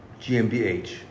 GmbH